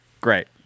Great